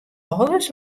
alles